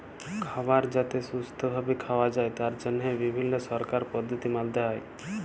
খাবার যাতে সুস্থ ভাবে খাওয়া যায় তার জন্হে বিভিল্য সুরক্ষার পদ্ধতি মালতে হ্যয়